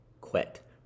quit